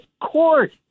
court